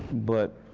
but